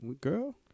girl